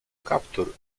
kaptur